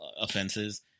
offenses